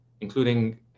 including